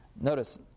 Notice